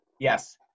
Yes